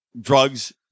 drugs